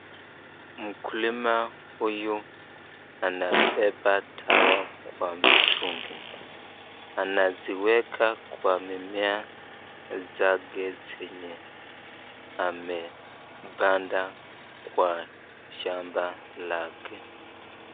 Mkulima huyu anabeba dawa kwa mtungi, anaziweka kwa mimea zake zenye amepanda kwa shamba lake.